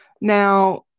Now